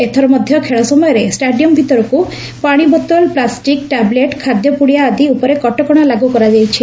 ଏଥର ମଧ ଖେଳ ସମୟରେ ଷ୍ଟାଡିୟମ ଭିତରକୁ ପାଶିବୋତଲ ପ୍ଲାଷ୍ଟିକ ଟାବଲେଟ୍ ଖାଦ୍ୟ ପୁଡିଆ ଇତ୍ୟାଦି ଉପରେ କଟକଣା ଲାଗୁ କରାଯାଇଛି